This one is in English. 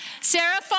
Sarah